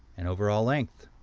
and overall length.